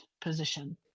position